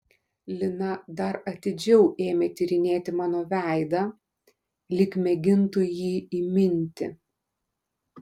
lina dar atidžiau ėmė tyrinėti mano veidą lyg mėgintų jį įminti